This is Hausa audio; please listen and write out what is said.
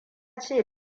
ce